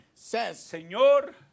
Señor